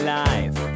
life